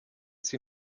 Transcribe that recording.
sie